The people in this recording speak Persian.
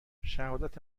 شهادت